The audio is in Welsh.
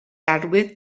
arwydd